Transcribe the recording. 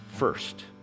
first